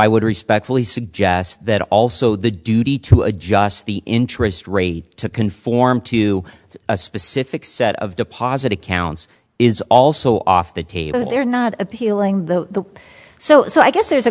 i would respectfully suggest that also the duty to adjust the interest rate to conform to a specific set of deposit accounts is also off the table that they're not appealing the so so i guess there's a